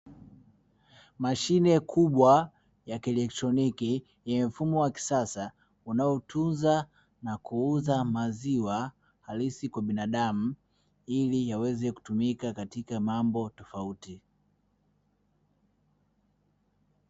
Mashine kubwa ya kielektroniki, yenye mfumo wa kisasa unaotunza na kuuza maziwa halisi kwa binadamu, ili yaweze kutumika katika mambo tofauti.